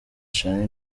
charly